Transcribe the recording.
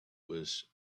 was